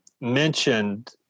mentioned